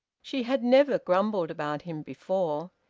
she had never grumbled about him before.